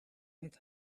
his